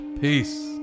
Peace